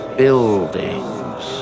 buildings